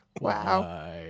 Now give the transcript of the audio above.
wow